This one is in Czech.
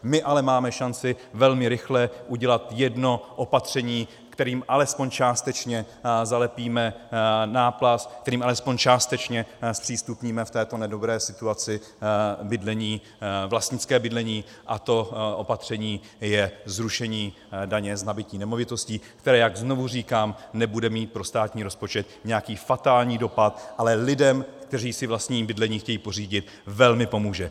My ale máme šanci velmi rychle udělat jedno opatření, kterým alespoň částečně zalepíme náplast, kterým alespoň částečně zpřístupníme v této nedobré situaci bydlení, vlastnické bydlení, a to opatření je zrušení daně z nabytí nemovitostí, které, jak znovu říkám, nebude mít pro státní rozpočet nějaký fatální dopad, ale lidem, kteří si vlastní bydlení chtějí pořídit, velmi pomůže.